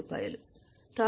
2000